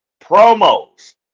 Promos